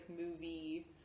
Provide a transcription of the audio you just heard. movie